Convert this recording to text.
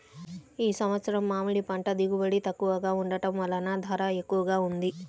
ఈ సంవత్సరం మామిడి పంట దిగుబడి తక్కువగా ఉండటం వలన ధర ఎక్కువగా ఉంది